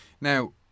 now